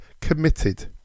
committed